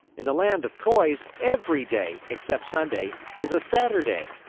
in the land of toys, every day, except sunday, is a saturday.